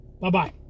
Bye-bye